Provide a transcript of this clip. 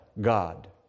God